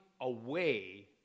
away